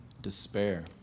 despair